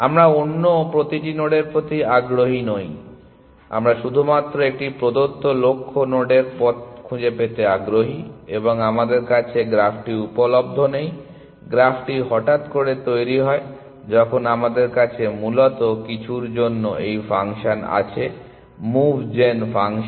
আমরা অন্য প্রতিটি নোডের প্রতি আগ্রহী নই আমরা শুধুমাত্র একটি প্রদত্ত লক্ষ্য নোডের পথ খুঁজে পেতে আগ্রহী এবং আমাদের কাছে গ্রাফটি উপলব্ধ নেই গ্রাফটি হঠাৎ করে তৈরি হয় যখন আমাদের কাছে মূলত কিছুর জন্য এই ফাংশন আছে মুভ জেন ফাংশন